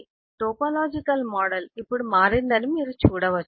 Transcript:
కాబట్టి topological model ఇప్పుడు మారిందని మీరు చూడవచ్చు